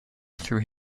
through